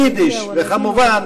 יידיש וכמובן,